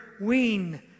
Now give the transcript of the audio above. ween